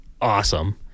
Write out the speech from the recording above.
Awesome